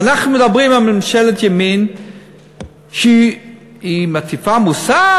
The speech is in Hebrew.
ואנחנו מדברים על ממשלת ימין שמטיפה מוסר.